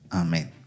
amen